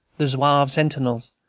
the zouave sentinels,